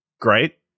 great